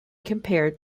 compared